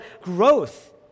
growth